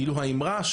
האמרה,